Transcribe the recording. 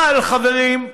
אבל חברים,